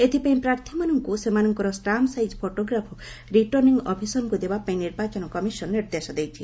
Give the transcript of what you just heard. ଏଥିପାଇଁ ପ୍ରାର୍ଥୀମାନଙ୍କୁ ସେମାନଙ୍କର ଷ୍ଟାମ୍ପ୍ ସାଇଜ୍ ଫଟୋଗ୍ରାଫ୍ ରିଟର୍ଣ୍ଣିଂ ଅଫିସରଙ୍କୁ ଦେବାପାଇଁ ନିର୍ମାଚନ କମିଶନ୍ ନିର୍ଦ୍ଦେଶ ଦେଇଛି